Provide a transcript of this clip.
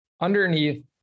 underneath